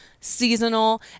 seasonal